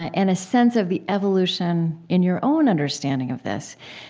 ah and a sense of the evolution in your own understanding of this,